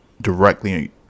directly